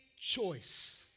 choice